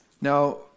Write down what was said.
Now